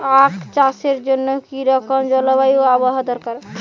আখ চাষের জন্য কি রকম জলবায়ু ও আবহাওয়া দরকার?